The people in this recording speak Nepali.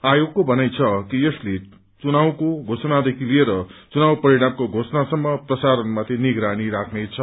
आयोजगको भनाई छ कि उसले चुनावको घोषणादेखि लिएर चुनाव परिणामको घोषणासम्म प्रसारणमाथि निगरानी राख्नेछ